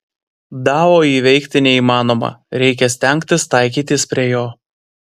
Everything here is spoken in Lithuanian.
dao įveikti neįmanoma reikia stengtis taikytis prie jo